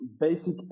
basic